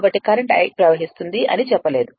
కాబట్టి current I ప్రవహిస్తుంది అని చెప్పలేదు